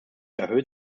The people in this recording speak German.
erhöht